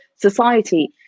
society